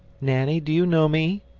nanny, do you know me?